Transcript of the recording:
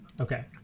Okay